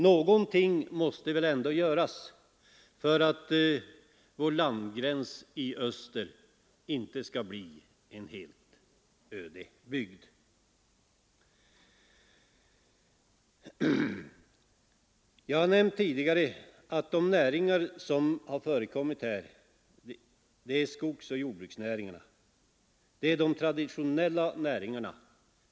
Någonting måste väl ändå göras för att vår landgräns i öster inte skall bli en helt öde bygd. Jag har tidigare nämnt de traditionella näringar som tidigare bedrivits här — skogsoch jordbruk.